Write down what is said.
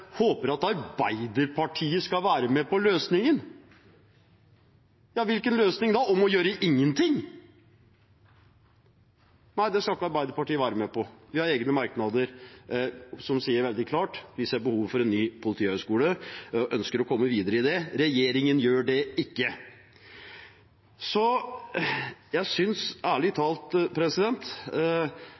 håper Arbeiderpartiet skal være med på løsningen. Hvilken løsning da – å gjøre ingenting? Nei, det skal ikke Arbeiderpartiet være med på. Vi har egne merknader som sier veldig klart at vi ser behov for en ny politihøgskole og ønsker å komme videre med det. Regjeringen gjør det ikke. Jeg synes ærlig talt